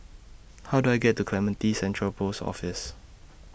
How Do I get to Clementi Central Post Office